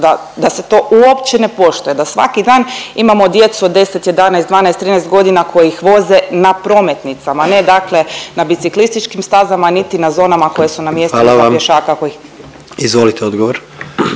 da se to uopće ne poštuje. Da svaki dan imamo djecu od 10, 11, 12, 13 godina koji ih voze na prometnicama, ne dakle na biciklističkim stazama niti na zonama koje su na mjestima …/Upadica predsjednik: Hvala